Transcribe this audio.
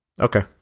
Okay